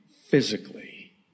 physically